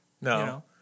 No